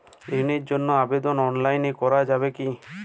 ঋণের জন্য আবেদন অনলাইনে করা যাবে কি?